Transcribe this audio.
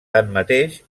tanmateix